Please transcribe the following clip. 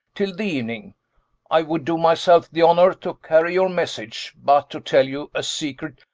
till the evening i would do myself the honour to carry your message but, to tell you a secret,